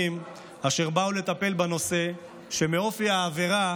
אשר באו לטפל בנושא היא שמאופייה העבירה